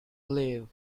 live